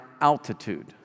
altitude